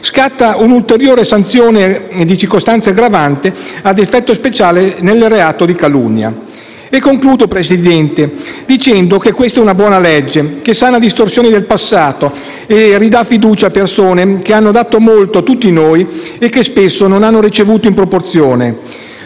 scatta un'ulteriore circostanza aggravante ad effetto speciale del reato di calunnia. Concludo, Presidente, dicendo che questa sarà una buona legge che sanerà distorsioni del passato e ridarà fiducia a persone che hanno dato molto a tutti noi e che spesso non hanno ricevuto in proporzione.